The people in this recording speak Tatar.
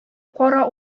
кара